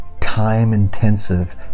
time-intensive